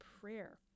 prayer